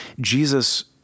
Jesus